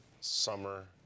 summer